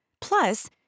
Plus